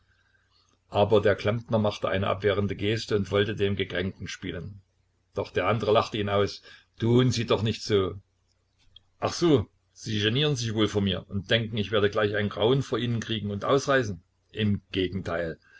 aber der klempner machte eine abwehrende geste und wollte den gekränkten spielen doch der andere lachte ihn aus tun sie doch nicht so ach so sie genieren sich wohl vor mir und denken ich werde gleich ein grauen vor ihnen kriegen und ausreißen im gegenteil